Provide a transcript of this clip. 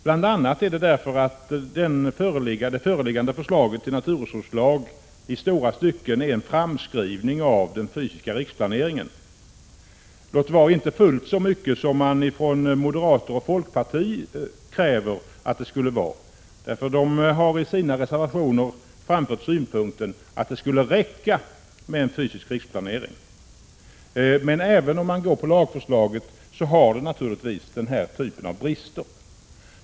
Detta beror bl.a. på att det föreliggande förslaget till naturresurslag i stora stycken innebär en framskrivning av den fysiska riksplaneringen, låt vara inte fullt så mycket som man från moderater och folkpartister kräver att det skulle vara. De har i sina reservationer framfört synpunkten att det skulle räcka med en fysisk riksplanering. Men även lagförslaget har naturligtvis den här typen av brister.